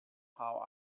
how